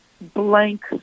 blank